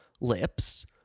lips